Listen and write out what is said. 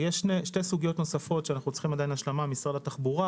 יש שתי סוגיות נוספות שאנחנו צריכים השלמה ממשרד התחבורה,